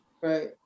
Right